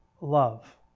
love